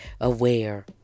aware